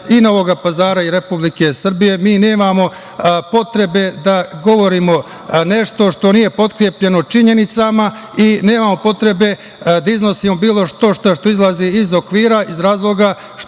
Novog Pazara i Republike Srbije. Mi nemamo potrebe da govorimo nešto što nije potkrepljeno činjenicama i nemamo potrebe da iznosimo bilo šta što izlazi iz okvira, iz razloga